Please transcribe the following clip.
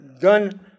done